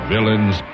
Villains